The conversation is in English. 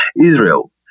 Israel